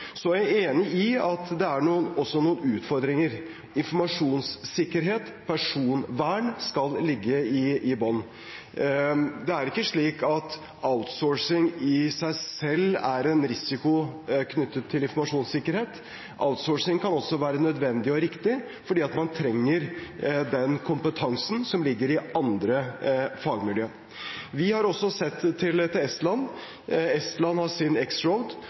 er enig i at det også er noen utfordringer. Informasjonssikkerhet, personvern skal ligge i bunnen. Det er ikke slik at outsourcing i seg selv er en risiko knyttet til informasjonssikkerhet. Outsourcing kan også være nødvendig og riktig fordi man trenger den kompetansen som ligger i andre fagmiljøer. Vi har også sett til Estland. Estland har sin